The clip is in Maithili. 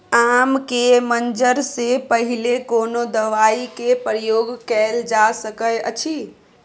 आम के मंजर से पहिले कोनो दवाई के प्रयोग कैल जा सकय अछि?